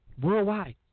worldwide